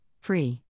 free